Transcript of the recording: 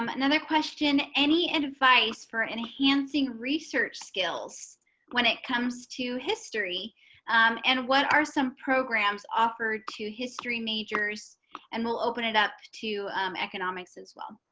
um but another question. any and advice for enhancing research skills when it comes to history and what are some programs offered to history majors and we'll open it up to economics as well.